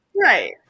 Right